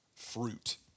fruit